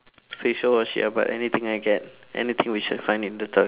facial wash ya but anything I get anything we should find in the toilet